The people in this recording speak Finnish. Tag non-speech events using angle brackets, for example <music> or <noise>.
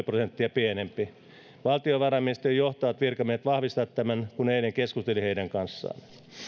<unintelligible> prosenttia pienempi valtiovarainministeriön johtavat virkamiehet vahvistivat tämän kun eilen keskustelin heidän kanssaan